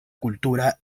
kultura